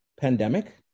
pandemic